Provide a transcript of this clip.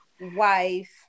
wife